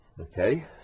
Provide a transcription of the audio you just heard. Okay